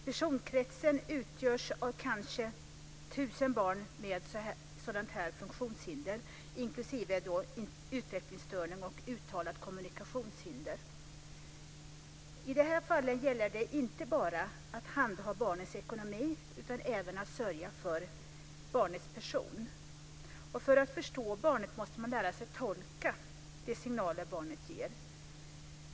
Personkretsen utgörs av kanske 1 000 barn med sådant här funktionshinder inklusive utvecklingsstörning och uttalat kommunikationshinder. I de här fallen gäller det inte bara att handha barnets ekonomi utan även att sörja för barnets person. För att förstå barnet måste man lära sig tolka de signaler barnet ger.